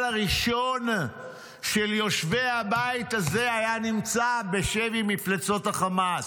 הראשון של יושבי הבית הזה היה נמצא בשבי מפלצות החמאס.